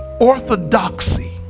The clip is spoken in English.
orthodoxy